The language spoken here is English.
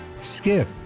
Skip